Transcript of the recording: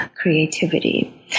creativity